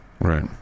Right